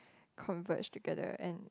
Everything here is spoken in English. converge together and